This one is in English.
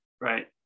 Right